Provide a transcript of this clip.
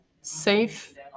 safe